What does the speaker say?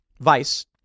Vice